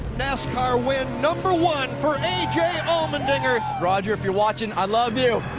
nascar win number one for a j. um allmendinger. roger if you're watching i love you.